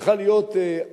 צריכה להיות הדרכה,